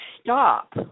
stop